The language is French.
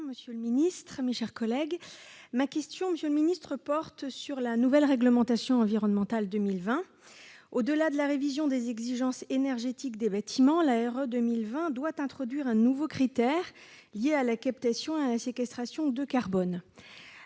Monsieur le ministre, ma question porte sur la nouvelle réglementation environnementale 2020, ou RE 2020, qui, au-delà de la révision des exigences énergétiques des bâtiments, doit introduire un nouveau critère lié à la captation et à la séquestration de carbone.